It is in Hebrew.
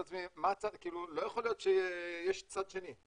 עצמי מה כאילו לא יכול להיות שיש צד שני.